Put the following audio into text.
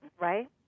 right